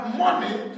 money